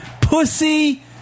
Pussy